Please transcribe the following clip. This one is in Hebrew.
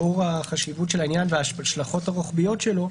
לאור החשיבות של העניין וההשלכות הרוחביות שלו,